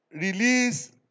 release